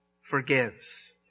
forgives